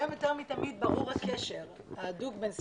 היום יותר מתמיד ברור הקשר ההדוק בין סביבה,